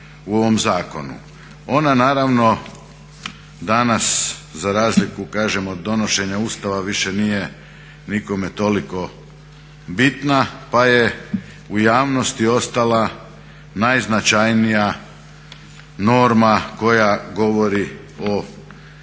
Ona naravno danas za razliku kažem od donošenja Ustava više nije nikome toliko bitna, pa je u javnosti ostala najznačajnija norma koja govori o teškom